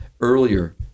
earlier